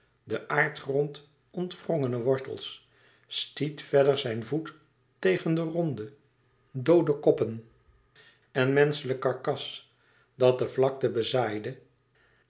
den aardgrond ontwrongene wortels stiet verder zijn voet tegen de ronde doode koppen en menschelijk karkas dat de vlakte